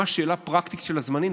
ממש שאלה פרקטית של הזמנים.